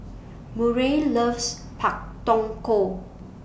Murray loves Pak Thong Ko